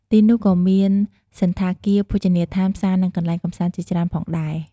ទីនោះក៏មានសណ្ឋាគារ ភោជនីយដ្ឋាន ផ្សារ និងកន្លែងកម្សាន្តជាច្រើនផងដែរ។